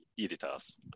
Editas